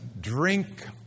drink